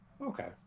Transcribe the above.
okay